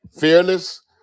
fearless